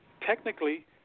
technically